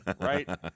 right